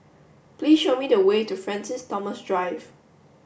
please show me the way to Francis Thomas Drive